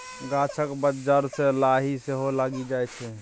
गाछक मज्जर मे लाही सेहो लागि जाइ छै